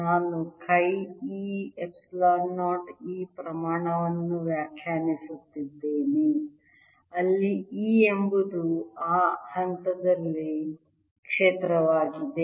ನಾನು chi e epsilon 0 E ಪ್ರಮಾಣವನ್ನು ವ್ಯಾಖ್ಯಾನಿಸುತ್ತಿದ್ದೇನೆ ಅಲ್ಲಿ E ಎಂಬುದು ಆ ಹಂತದಲ್ಲಿ ಕ್ಷೇತ್ರವಾಗಿದೆ